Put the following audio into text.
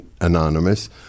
anonymous